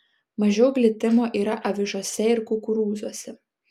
mažiau glitimo yra avižose ir kukurūzuose